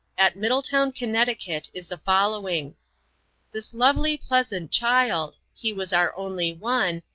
at middletown, connecticut, is the following this lovely, pleasant child he was our only one,